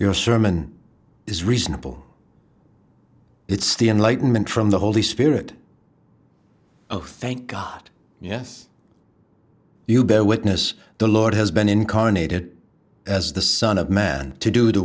your sermon is reasonable it's the enlightenment from the holy spirit thank god yes you bear witness the lord has been incarnated as the son of man to do the